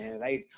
right